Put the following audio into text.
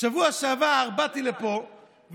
בשבוע שעבר באתי לפה,